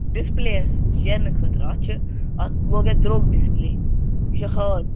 displays شیرنہٕ خٲطرٕ اَتھ چھِ اَتھ لوٚگ اَسہِ درٛۅگ ڈِسپُلے شےٚ حال